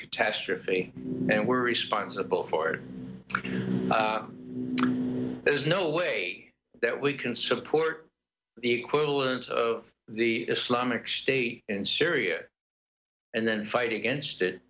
catastrophe and we're responsible for repairs no way that we can support the equivalent of the islamic state in syria and then fighting against it